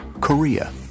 Korea